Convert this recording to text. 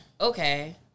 okay